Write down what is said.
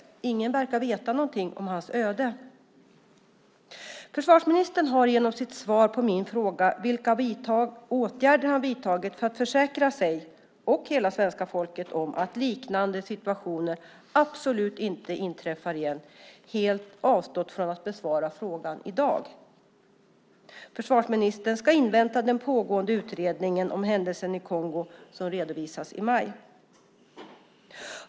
Ingen verkar veta någonting om hans öde. Försvarsministern har genom sitt svar på min fråga om vilka åtgärder han har vidtagit för att försäkra sig och hela svenska folket att liknande situationer absolut inte inträffar igen helt avstått från att besvara den frågan i dag. Försvarsministern ska tydligen invänta den pågående utredningen om händelsen i Kongo som ska redovisas i maj.